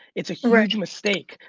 it's a huge mistake.